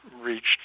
reached